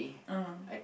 ah !huh!